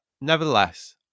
nevertheless